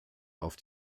auf